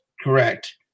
Correct